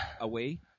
away